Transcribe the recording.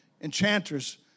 enchanters